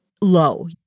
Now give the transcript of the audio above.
low